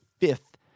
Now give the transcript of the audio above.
fifth